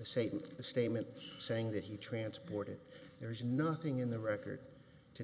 a statement a statement saying that he transported there's nothing in the record to